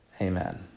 Amen